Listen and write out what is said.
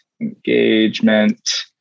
Engagement